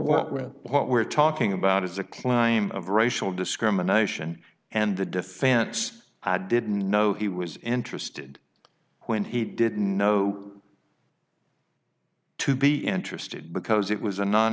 with what we're talking about is a climate of racial discrimination and the defense i didn't know he was interested when he didn't know to be interested because it was a non